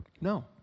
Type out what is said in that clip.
No